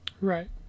Right